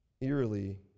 Eerily